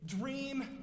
Dream